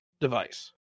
device